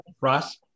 Ross